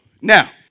now